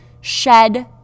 shed